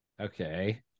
Okay